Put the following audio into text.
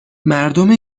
مردم